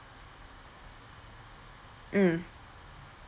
mm